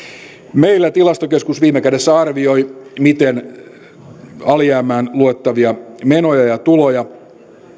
meillä tilastokeskus viime kädessä arvioi miten alijäämään luettavia menoja ja tuloja